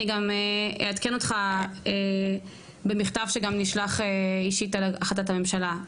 אני גם אעדכן אותך במכתב שגם נשלח אישית על החלטת הממשלה.